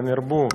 כן ירבו.